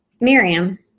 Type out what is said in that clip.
Miriam